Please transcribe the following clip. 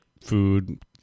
food